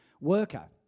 worker